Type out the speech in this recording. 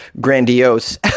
grandiose